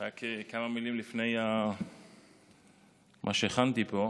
רק כמה מילים לפני מה שהכנתי פה.